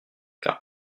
car